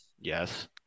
Yes